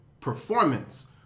performance